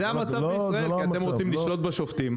זה המצב בישראל כי אתם רוצים לשלוט בשופטים.